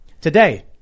Today